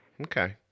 Okay